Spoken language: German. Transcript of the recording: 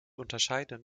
unterscheiden